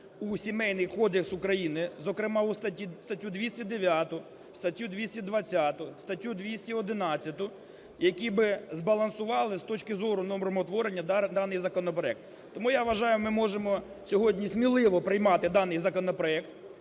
у Сімейний кодекс України, зокрема у статтю 209, статтю 220, статтю 211, які би збалансували з точки зору нормотворення даний законопроект. Тому я вважаю, ми можемо сьогодні сміливо приймати даний законопроект,